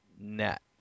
net